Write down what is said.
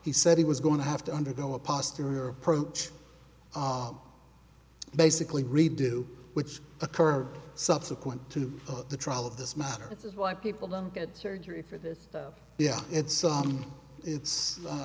he said he was going to have to undergo a pasta or approach basically redo which occur subsequent to the trial of this matter is why people don't get surgery for this yeah it's it's